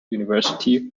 university